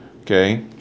Okay